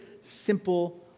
simple